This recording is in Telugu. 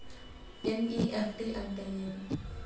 ఎన్.ఇ.ఎఫ్.టి అంటే ఏమి